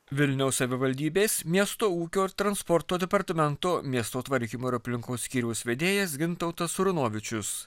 vilniaus savivaldybės miesto ūkio ir transporto departamento miesto tvarkymo ir aplinkos skyriaus vedėjas gintautas runovičius